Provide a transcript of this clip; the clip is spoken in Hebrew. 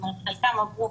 חלקם עברו